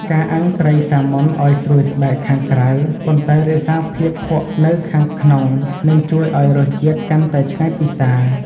ការអាំងត្រីសាម៉ុនឱ្យស្រួយស្បែកខាងក្រៅប៉ុន្តែរក្សាភាពភក់នៅខាងក្នុងនឹងជួយឱ្យរសជាតិកាន់តែឆ្ងាញ់ពិសា។